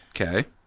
Okay